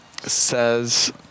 says